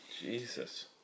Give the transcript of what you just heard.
Jesus